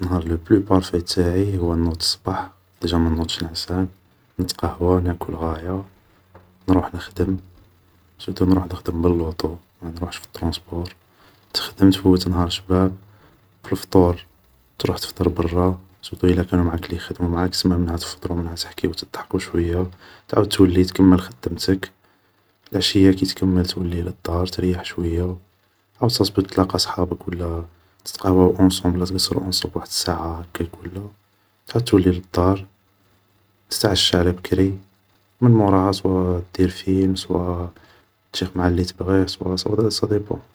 نهار لو بلو بارفي تاعي هو نوض صباح, ديجا ما نوضش نعسان, نتقهوا ناكل غاية, نروح نخدم, سورتو نروح نخدم باللوطو ما نروحش بطرونسبور, نخدم تفوت نهار شباب, فالفطور تروح تفطر برا, سيرتو الى كانو معاك الي يخدمو معاك, سما منها تفطرو منها تحكيو, تضحكو شوية, تعاود تولي تكمل خدمتك, لعشية كي تكمل تولي للدار, تريح شوية, عاود صاسبو تتلاقا صحابك تتقهواو اونصوبل ولا تقزرو اونصومبل واحد ساعة هاكك ولا, تعاود تولي للدار, تتعشى على بكري, من موراها صوى دير فيلم صوى تشيخ مع اللي تبغي صوى صاديبون